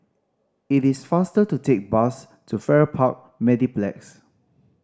it is faster to take the bus to Farrer Park Mediplex